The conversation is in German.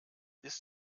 ist